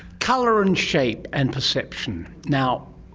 colour and shape and perception. now,